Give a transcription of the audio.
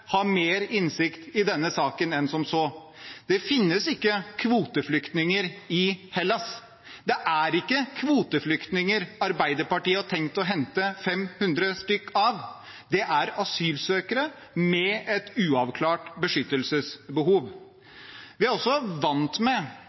mer innsikt i denne saken enn som så. Det finnes ikke kvoteflyktninger i Hellas. Det er ikke kvoteflyktninger Arbeiderpartiet har tenkt å hente 500 stykker av, det er asylsøkere med et uavklart beskyttelsesbehov. Vi er i denne salen vant med